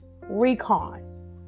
recon